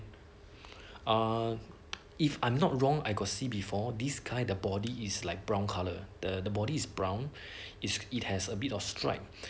ah if I'm not wrong I got see before these kind of bodies is like brown colour the the body's is brown is it has a bit of stripe